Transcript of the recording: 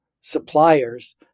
suppliers